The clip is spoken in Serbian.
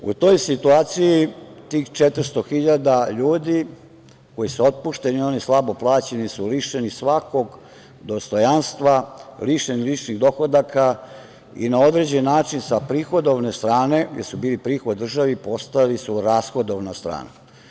U toj situaciji, tih 400.000 ljudi koji su otpušteni ili oni slabo plaćeni su lišeni svakog dostojanstva, lišeni ličnih dohodaka, i na određeni način sa prihodovne strane, gde su bili prihod državi, postali su rashodovna strana.